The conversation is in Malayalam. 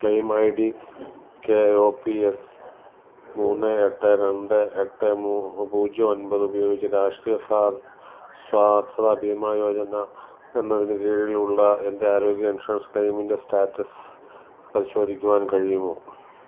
claim ID K O P S മൂന്ന് എട്ട് രണ്ട് എട്ട് മൂ പൂജ്യം ഒൻപത് ഉപയോഗിച്ച് രാഷ്ട്രീയ സ്വാസ്തത ബീമാ യോജന എന്നതിന് കീഴിലുള്ള എൻ്റെ ആരോഗ്യ ഇൻഷുറൻസ് ക്ലെയിമിൻ്റെ സ്റ്റാറ്റസ് പരിശോധിക്കുവാൻ കഴിയുമോ